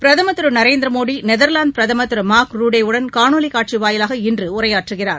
பிரதம் திரு நரேந்திர மோடி நெதாவாந்து பிரதம் திரு மாா்க் ருடே உடன் காணொலி காட்சி வாயிலாக இன்று உரையாற்றுகிறார்